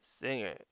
singer